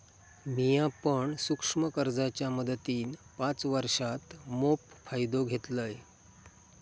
मिया पण सूक्ष्म कर्जाच्या मदतीन पाच वर्षांत मोप फायदो घेतलंय